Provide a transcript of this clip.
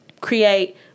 create